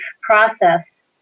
process